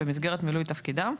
במסגרת מילוי תפקידם,